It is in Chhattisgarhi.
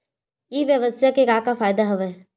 ई व्यवसाय के का का फ़ायदा हवय?